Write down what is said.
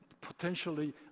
potentially